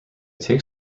take